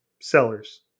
sellers